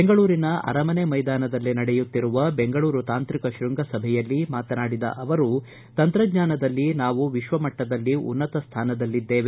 ಬೆಂಗಳೂರಿನ ಅರಮನೆ ಮೈದಾನದಲ್ಲಿ ನಡೆಯುತ್ತಿರುವ ಬೆಂಗಳೂರು ತಾಂತ್ರಿಕ ಶೃಂಗ ಸಭೆಯಲ್ಲಿ ಮಾತನಾಡಿದ ಅವರು ತಂತ್ರಜ್ಞಾನದಲ್ಲಿ ನಾವು ವಿಕ್ವಮಟ್ಟದಲ್ಲಿ ಉನ್ನತ ಸ್ವಾನದಲ್ಲಿದಲ್ಲಿದ್ದೇವೆ